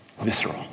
visceral